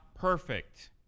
perfect